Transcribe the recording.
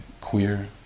queer